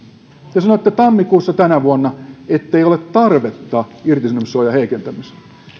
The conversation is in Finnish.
te sanoitte tammikuussa tänä vuonna ettei ole tarvetta irtisanomissuojan heikentämiseen